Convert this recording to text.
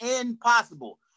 impossible